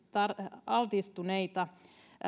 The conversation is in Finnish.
altistuneita